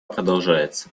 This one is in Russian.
продолжается